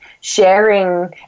sharing